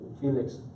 Felix